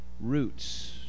roots